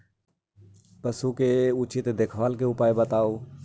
पशु के उचित देखभाल के उपाय बताऊ?